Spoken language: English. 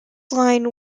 line